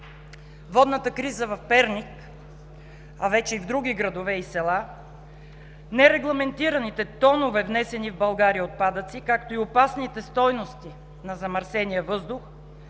Водната криза в Перник, а вече и в други градове и села, нерегламентираните тонове отпадъци, внесени в България, както и опасните стойности на замърсения въздух